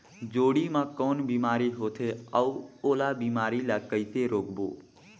जोणी मा कौन बीमारी होथे अउ ओला बीमारी ला कइसे रोकबो?